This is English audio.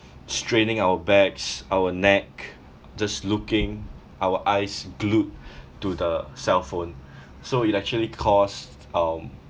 straining our backs our neck just looking our eyes glued to the cellphone so it actually costs um